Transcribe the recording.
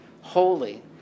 holy